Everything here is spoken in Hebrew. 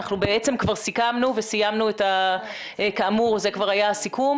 אנחנו בעצם כבר סיכמנו, כאמור, זה כבר היה הסיכום.